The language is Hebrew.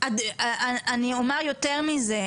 אני אומר יותר מזה,